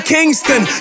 Kingston